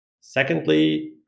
Secondly